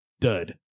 dud